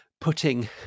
putting